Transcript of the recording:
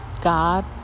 God